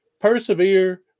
persevere